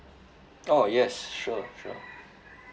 oh yes sure sure